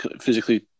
physically